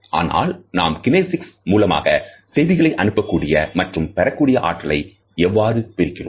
ஆனால் நாம் கினேசிக்ஸ் மூலமாக செய்திகளை அனுப்பக்கூடிய மற்றும் பெறக்கூடிய ஆற்றலை எவ்வாறு பிரிக்கிறோம்